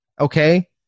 okay